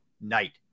night